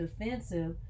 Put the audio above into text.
defensive